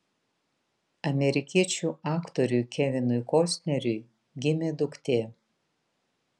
amerikiečių aktoriui kevinui kostneriui gimė duktė